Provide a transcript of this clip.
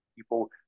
people